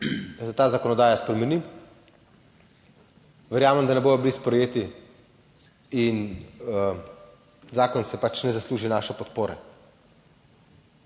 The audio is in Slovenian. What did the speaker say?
da se ta zakonodaja spremeni. Verjamem, da ne bodo bili sprejeti in zakon si pač ne zasluži naše podpore.